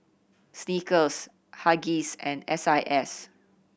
Snickers Huggies and S I S